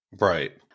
right